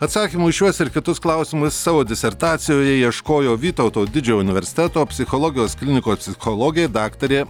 atsakymų į šiuos ir kitus klausimus savo disertacijoje ieškojo vytauto didžiojo universiteto psichologijos klinikos psichologė daktarė